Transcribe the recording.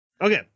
Okay